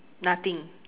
nothing